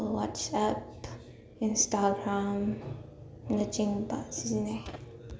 WhatsApp Instagram ꯅꯆꯤꯡꯕ ꯁꯤꯖꯤꯟꯅꯩ